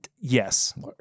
yes